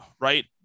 right